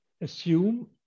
assume